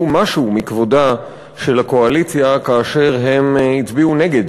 משהו מכבודה של הקואליציה כאשר הם הצביעו נגד